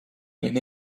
olin